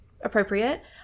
appropriate